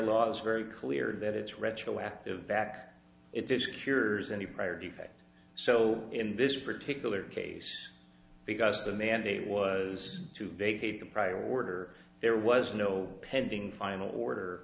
is very clear that it's retroactive back it's cures any prior defects so in this particular case because the mandate was to vacate the prior werder there was no pending final order